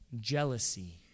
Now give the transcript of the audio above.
Jealousy